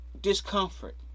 discomfort